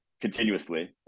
continuously